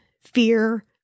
fear